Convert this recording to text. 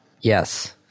Yes